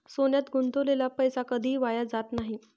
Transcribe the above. सोन्यात गुंतवलेला पैसा कधीही वाया जात नाही